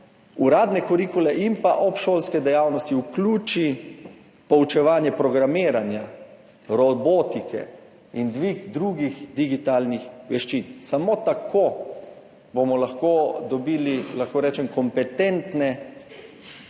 uradne kurikule in pa obšolske dejavnosti vključi poučevanje programiranja, robotike in dvig drugih digitalnih veščin. Samo tako bomo lahko dobili, lahko rečem,